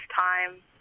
time